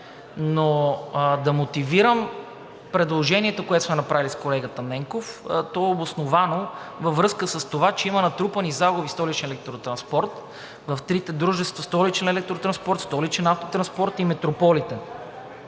Да мотивирам предложението, което сме направили с колегата Ненков. То е обосновано във връзка с това, че има натрупани загуби Столичният транспорт в трите дружества – „Столичен електротранспорт“, „Столичен автотранспорт“ и „Метрополитен“.